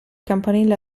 campanile